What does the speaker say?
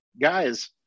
Guys